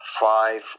five